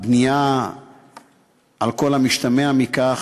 הבנייה על כל המשתמע מכך,